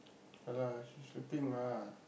ya lah she's sleeping lah